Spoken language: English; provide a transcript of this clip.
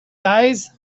guys